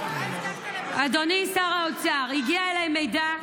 אדוני שר האוצר: הגיע אליי מידע,